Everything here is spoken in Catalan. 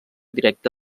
directa